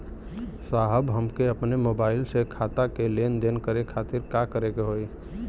साहब हमके अपने मोबाइल से खाता के लेनदेन करे खातिर का करे के होई?